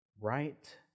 right